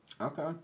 Okay